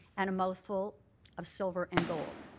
and a mouthful of silver and gold.